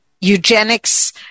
eugenics